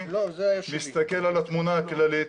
אני מסתכל על התמונה הכללית,